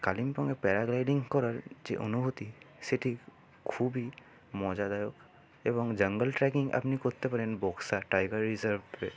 কালিংপংয়ে paragliding করার যে অনুভূতি সেটি খুবই মজাদায়ক এবং জাঙ্গল ট্রেকিং আপনি করতে পারেন বক্সা টাইগার রিসার্ভে